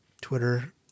Twitter